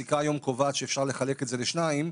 שהפסיקה היום קובעת שאפשר לחלק את זה לשניים,